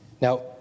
Now